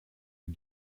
est